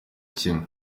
kimwe